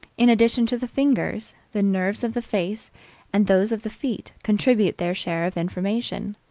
in addition to the fingers, the nerves of the face and those of the feet contribute their share of information.